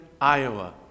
Iowa